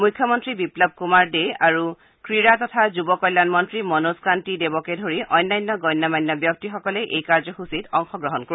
মুখ্য মন্ত্ৰী বিপ্লৱ কুমাৰ ডে' আৰু ক্ৰীড়া তথা যুৱ কল্যাণ মন্ত্ৰী মনোজ কান্তি দেৱকে ধৰি অন্যান্য গণ্য মান্য ব্যক্তিসকলে এই কাৰ্যসূচীত অংশগ্ৰহণ কৰিব